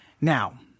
Now